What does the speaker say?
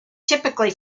typically